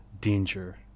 danger